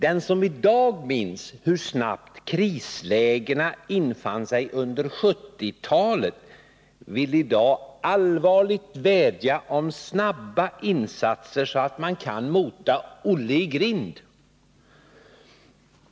Den som i dag minns hur snabbt kriserna infann sig under 1970-talet vill i dag allvarligt vädja om snabba insatser så att man kan ”mota Olle i grind”.